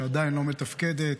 שעדיין לא מתפקדת.